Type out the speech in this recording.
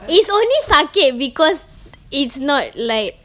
it's only sakit because it's not like